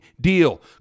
deal